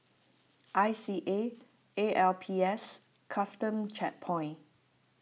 I C A A L P S Custom Checkpoint